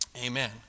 Amen